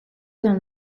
dans